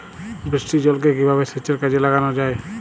বৃষ্টির জলকে কিভাবে সেচের কাজে লাগানো যায়?